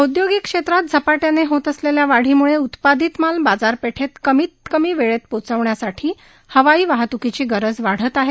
औद्योगिक क्षेत्रात झपाट्याने होत असलेल्या वाढीम्ळे उत्पादित माल बाजारपेठेत कमी वेळेत पोचवण्यासाठी हवाई वाहतूकीची गरज वाढत आहे